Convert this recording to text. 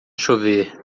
chover